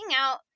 out